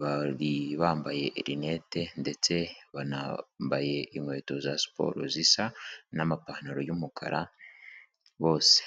bari bambaye rinete ndetse banambaye inkweto za siporo zisa n'amapantaro y'umukara bose.